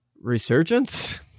Resurgence